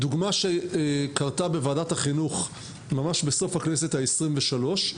דוגמה שקרתה בוועדת החינוך ממש בסוף הכנסת ה-23.